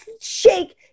shake